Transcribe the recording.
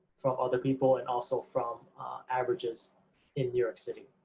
from other people and also from averages in new york city.